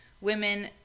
women